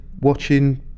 watching